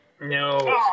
No